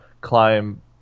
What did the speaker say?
climb